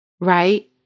right